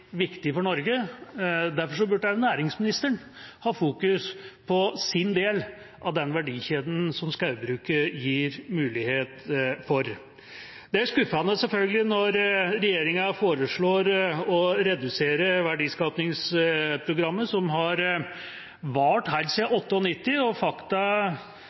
for Norge. Derfor burde næringsministeren fokusere på sin del av den verdikjeden som skogbruket gir mulighet for. Det er selvfølgelig skuffende når regjeringa foreslår å redusere verdiskapingsprogrammet, som har vart helt